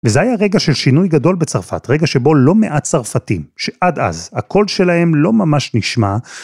וזה היה רגע של שינוי גדול בצרפת, רגע שבו לא מעט צרפתים, שעד אז הקול שלהם לא ממש נשמע.